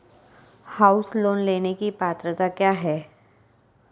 House loan लेने की पात्रता क्या है?